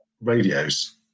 radios